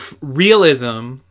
realism